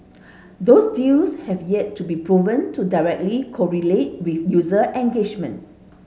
those deals have yet to be proven to directly correlate with user engagement